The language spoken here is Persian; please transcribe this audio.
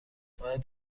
باید